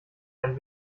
ein